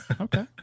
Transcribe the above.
Okay